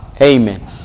Amen